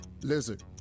Lizard